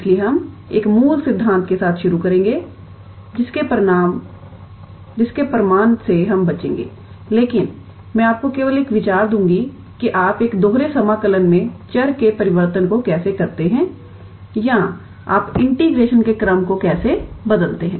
इसलिए हम एक मूल सिद्धांत के साथ शुरू करेंगे जिसके प्रमाण से हम बचेंगे लेकिन मैं आपको केवल एक विचार दूंगी कि आप एक दोहरे समाकलन में चर के परिवर्तन को कैसे करते हैं या आप इंटीग्रेशन के क्रम को कैसे बदलते हैं